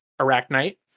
Arachnite